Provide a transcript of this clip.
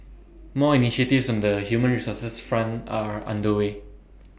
more initiatives on the human resources front are under way